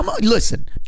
Listen